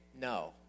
no